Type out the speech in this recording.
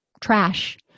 trash